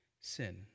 sin